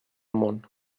món